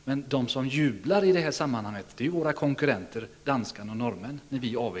Men de som jublar i detta sammanhang är ju våra konkurrenter, danskarna och norrmännen, när vi i